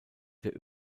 der